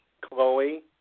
Chloe